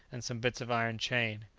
and some bits of iron chain.